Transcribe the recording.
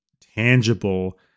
tangible